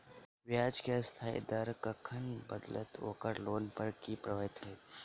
ब्याज केँ अस्थायी दर कखन बदलत ओकर लोन पर की प्रभाव होइत?